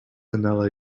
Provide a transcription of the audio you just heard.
vanilla